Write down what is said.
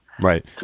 right